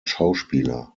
schauspieler